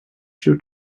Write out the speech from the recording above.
się